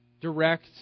direct